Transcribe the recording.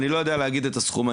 אני לא יודע להגיד את הסכום,